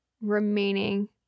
remaining